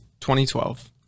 2012